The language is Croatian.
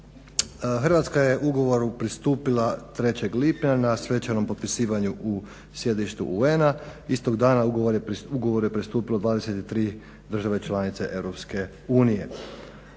Hrvatska je ugovoru pristupila 3. lipnja na svečanom potpisivanju u sjedištu UN-a. Istog dana ugovoru je pristupilo 23 države članice EU.